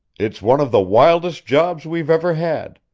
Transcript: it's one of the wildest jobs we've ever had,